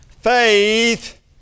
faith